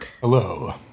Hello